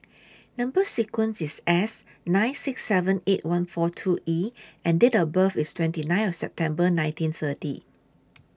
Number sequence IS S nine six seven eight one four two E and Date of birth IS twenty nine of September nineteen thirty